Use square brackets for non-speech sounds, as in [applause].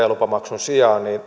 [unintelligible] lupamaksun sijaan on